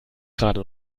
gerade